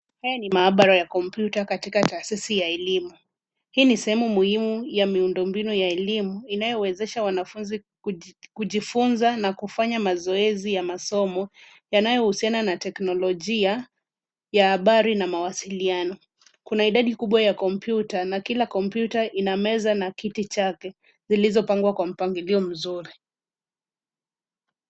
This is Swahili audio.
Haya ni maabara ya kompyuta katika taasisi ya elimu. Hii ni sehemu muhimu ya miundo mbinu ya elimu inayowezesha wanafunzi kujifunza na kufanya mazoezi ya masomo yanayohusiana na teknolojia ya habari na mawasiliano. Kuna idadi kubwa ya kompyuta na kila kompyuta ina meza na kiti chake zilizopangwa kwa mpangilio mzuri.